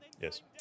Yes